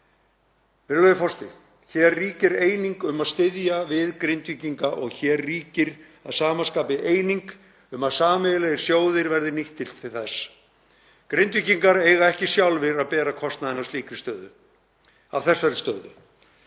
Virðulegi forseti. Hér ríkir eining um að styðja við Grindvíkinga og hér ríkir að sama skapi eining um að sameiginlegir sjóðir verði nýttir til þess. Grindvíkingar eiga ekki sjálfir að bera kostnaðinn af þessari stöðu.